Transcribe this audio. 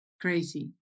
crazy